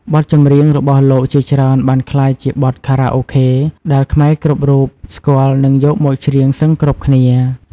បទចម្រៀងរបស់លោកជាច្រើនបានក្លាយជាបទខារ៉ាអូខេដែលខ្មែរគ្រប់រូបស្គាល់និងយកមកច្រៀងសឹងគ្រប់គ្នា។